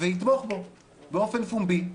ויתמוך בו באופן פומבי,